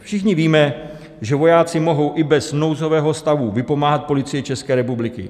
Všichni víme, že vojáci mohou i bez nouzového stavu vypomáhat Policii České republiky.